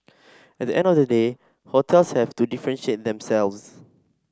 at the end of the day hotels have to differentiate themselves